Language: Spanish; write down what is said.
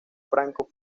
franco